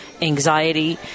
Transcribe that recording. anxiety